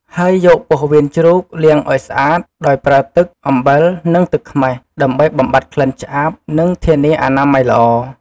ហើយយក ពោះវៀនជ្រូក លាងឱ្យស្អាត ដោយប្រើទឹក អំបិល និងទឹកខ្មេះ ដើម្បីបំបាត់ក្លិនឆ្អាប និងធានាអនាម័យល្អ។